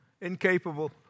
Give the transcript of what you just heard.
incapable